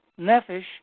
Nefesh